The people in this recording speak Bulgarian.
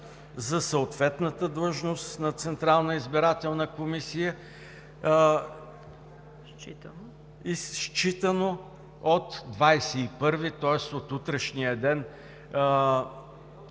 за съответната длъжност на Централната избирателна комисия, считано от 21“, тоест от утрешния ден.